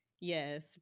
Yes